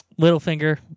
Littlefinger